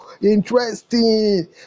interesting